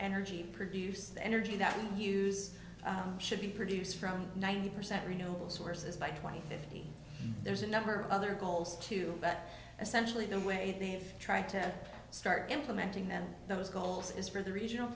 energy produce the energy that we use should be produce from ninety percent renewable sources by twenty fifty there's a number of other goals too but essentially the way they've tried to start implementing them those goals is for the regional